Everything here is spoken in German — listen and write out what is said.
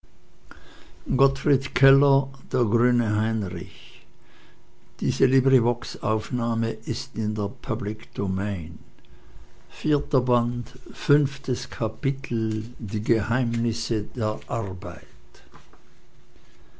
fünftes kapitel die geheimnisse der arbeit